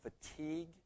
fatigue